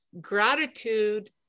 gratitude